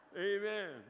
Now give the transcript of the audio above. amen